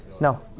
No